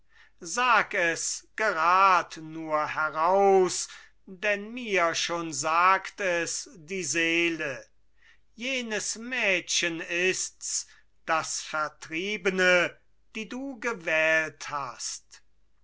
sag es gerad nur heraus denn mir schon sagt es die seele jenes mädchen ist's das vertriebene die du gewählt hast